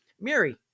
Mary